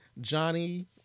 Johnny